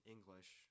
English